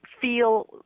feel